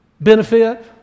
benefit